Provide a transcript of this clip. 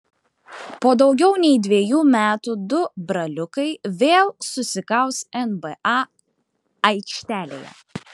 po daugiau nei dviejų metų du braliukai vėl susikaus nba aikštelėje